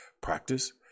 practice